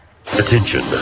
Attention